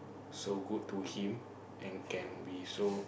so good to him and can be so